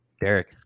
Derek